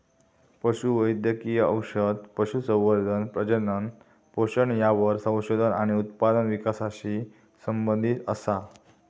पशु वैद्यकिय औषध, पशुसंवर्धन, प्रजनन, पोषण यावर संशोधन आणि उत्पादन विकासाशी संबंधीत असा